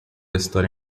história